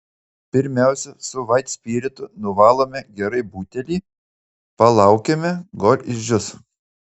pirmiausia su vaitspiritu nuvalome gerai butelį palaukiame kol išdžius